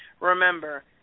Remember